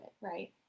right